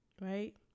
Right